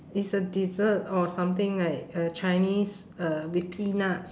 is a dessert or something like a chinese uh with peanuts